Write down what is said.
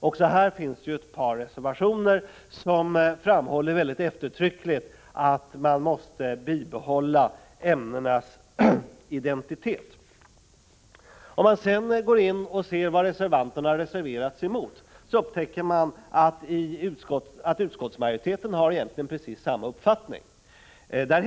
Även här finns ett par reservationer, där det mycket eftertryckligt framhålls att man måste bibehålla ämnenas identitet. Om man ser närmare på vad reservanterna reserverat sig mot, upptäcker man att utskottsmajoriteten egentligen har precis samma uppfattning som reservanterna.